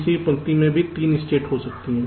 तीसरी पंक्ति में भी 3 स्टेट में हो सकती है